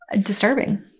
Disturbing